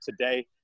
Today